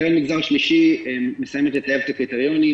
קרן למגזר השלישי מסיימת לטייב את הקריטריונים.